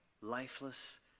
lifeless